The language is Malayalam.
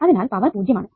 അതിനാൽ പവർ 0 ആണ്